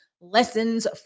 lessons